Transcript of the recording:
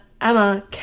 Emma